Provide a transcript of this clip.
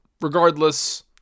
regardless